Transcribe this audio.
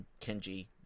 Kenji